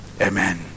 Amen